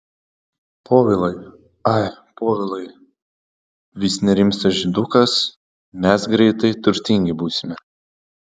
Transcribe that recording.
povilai ai povilai vis nerimsta žydukas mes greitai turtingi būsime